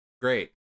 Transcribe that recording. great